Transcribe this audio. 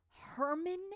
herman